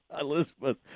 Elizabeth